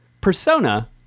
persona